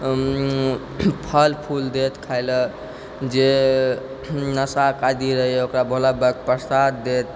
फल फूल देत खाइ लऽ जे नशाके आदी रहै यऽ ओकरा भोला बाबाके प्रसाद देत